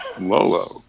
Lolo